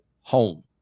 home